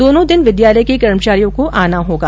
दोनों दिन विद्यालय के कर्मचारियों को आना होगा